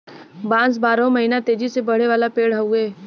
बांस बारहो महिना तेजी से बढ़े वाला पेड़ हउवे